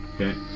Okay